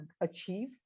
achieve